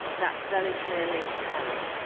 that's very clearly carried.